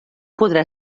podrà